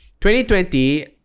2020